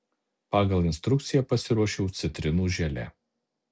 pagal instrukciją pasiruošiau citrinų želė